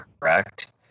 correct